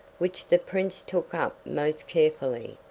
which the prince took up most carefully.